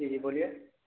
جی جی بولیے